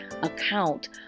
account